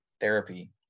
therapy